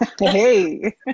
hey